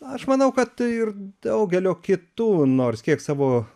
aš manau kad ir daugelio kitų nors kiek savo